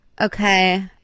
Okay